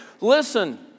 Listen